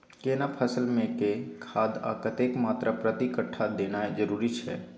केना फसल मे के खाद आर कतेक मात्रा प्रति कट्ठा देनाय जरूरी छै?